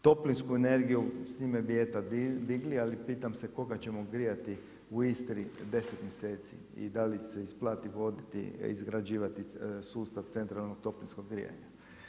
Toplinsku energiju, s time bi eto digli, ali pitam se koga ćemo grijati u Istri 10 mjeseci i da li se isplati voditi, izgrađivati sustav centralnog toplinskog grijanja.